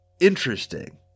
interesting